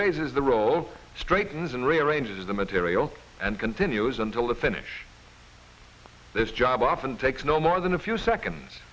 raises the roll straightens and rearrange the material and continues until the finish this job often takes no more than a few seconds